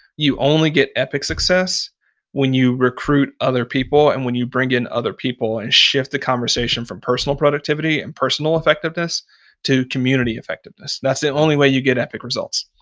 you only get epic success when you recruit other people and when you bring in other people and shift the conversation from personal productivity and personal effectiveness to community effectiveness. that's the only way you get epic results.